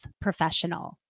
professional